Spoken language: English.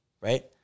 right